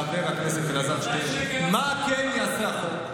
חבר הכנסת אלעזר שטרן, מה כן יעשה החוק?